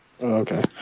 Okay